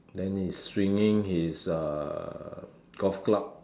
then he's swinging his uh golf club